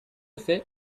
fait